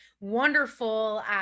wonderful